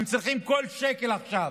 הם צריכים כל שקל עכשיו,